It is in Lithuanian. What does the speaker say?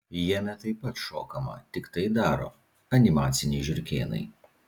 jame taip pat šokama tik tai daro animaciniai žiurkėnai